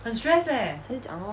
他就讲 lor